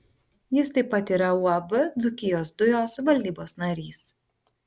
jis taip pat yra uab dzūkijos dujos valdybos narys